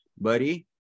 buddy